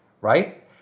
right